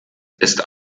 ist